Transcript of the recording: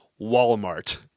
Walmart